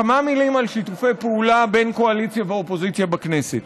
כמה מילים על שיתופי פעולה בין קואליציה לאופוזיציה בכנסת.